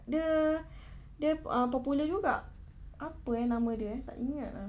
dia dia popular juga apa eh nama dia eh tak ingat ah